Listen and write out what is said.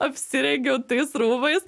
apsirengiau tais rūbais